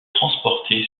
transportés